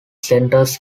centers